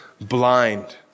blind